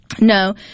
No